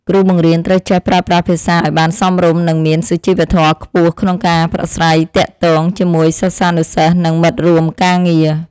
គ្រូបង្រៀនត្រូវចេះប្រើប្រាស់ភាសាឱ្យបានសមរម្យនិងមានសុជីវធម៌ខ្ពស់ក្នុងការប្រាស្រ័យទាក់ទងជាមួយសិស្សានុសិស្សនិងមិត្តរួមការងារ។